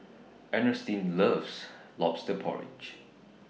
Ernestine loves Lobster Porridge